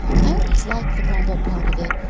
i always like the rumble part of it.